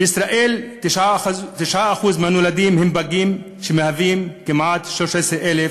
בישראל 9% מהנולדים הם פגים, שהם כמעט 13,000